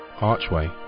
Archway